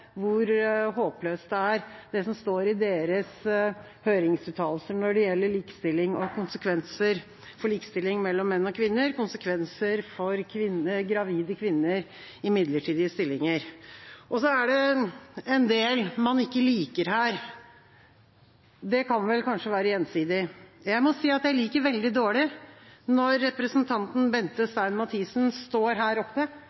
hvor håpløst det som står i deres høringsuttalelser er, når det gjelder likestilling og konsekvenser for likestilling mellom menn og kvinner og konsekvenser for gravide kvinner i midlertidige stillinger. Det er en del man ikke liker her. Det kan vel kanskje være gjensidig. Jeg må si at jeg liker veldig dårlig når representanten Bente Stein Mathisen står her